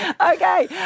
Okay